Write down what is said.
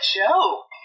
joke